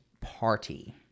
party